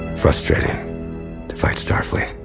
frustrating to fight starfleet.